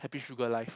happy sugar life